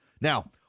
Now